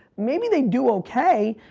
maybe they'd do ok,